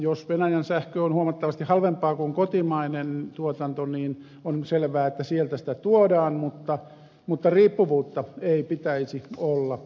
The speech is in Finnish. jos venäjän sähkö on huomattavasti halvempaa kuin kotimainen tuotanto on selvää että sieltä sitä tuodaan mutta riippuvuutta ei pitäisi olla siihen suuntaan